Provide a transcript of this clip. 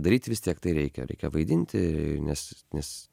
daryti vis tiek tai reikia reikia vaidinti ir nes nes